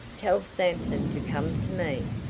tell sampson to come to me.